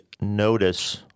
notice